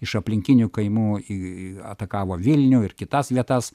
iš aplinkinių kaimų iii atakavo vilnių ir kitas vietas